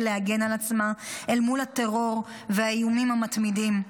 להגן על עצמה אל מול הטרור והאיומים המתמידים.